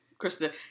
Krista